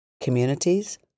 communities